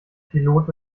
pilot